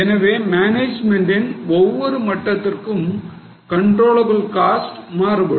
எனவே மேனேஜ்மென்ட்ன் ஒவ்வொரு மட்டத்திற்கும் controllable cost மாறுபடும்